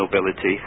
nobility